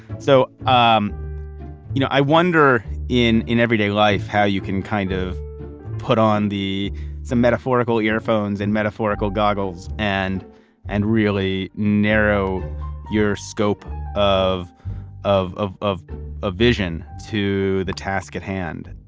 so, um you know, i wonder in in everyday life how you can kind of put on the metaphorical earphones and metaphorical goggles and and really narrow your scope of of of of a vision to the task at hand